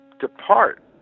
depart